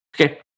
Okay